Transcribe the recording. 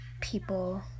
people